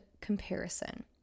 comparison